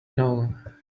know